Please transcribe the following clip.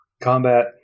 Combat